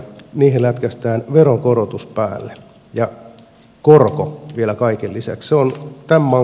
niihin lätkäistään veronkorotus päälle ja korko vielä kaiken lisäksi